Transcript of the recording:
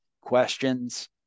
questions